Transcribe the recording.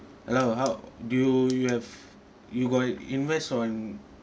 hello how do you have you got invest on